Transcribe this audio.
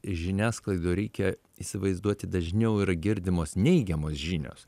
žiniasklaidoj reikia įsivaizduoti dažniau yra girdimos neigiamos žinios